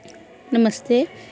नमस्ते